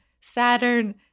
Saturn